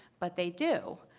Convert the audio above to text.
but they do.